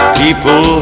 people